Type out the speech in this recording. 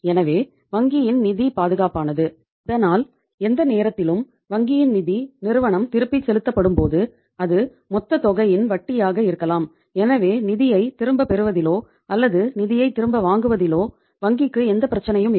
எனவே வங்கியின் நிதி பாதுகாப்பானது இதனால் எந்த நேரத்திலும் வங்கியின் நிதி நிறுவனம் திருப்பிச் செலுத்தப்படும்போது அது மொத்தத் தொகையின் வட்டியாக இருக்கலாம் எனவே நிதியைத் திரும்பப் பெறுவதிலோ அல்லது நிதியைத் திரும்பப் வாங்குவதிலோ வங்கிக்கு எந்தப் பிரச்சினையும் இல்லை